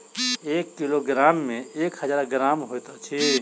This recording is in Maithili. एक किलोग्राम मे एक हजार ग्राम होइत अछि